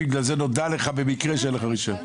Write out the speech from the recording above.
בגלל זה נודע לך במקרה שאין לך רישיון?